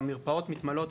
והמרפאות מתמלאות.